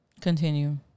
Continue